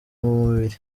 mubiri